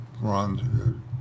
Ron